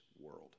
world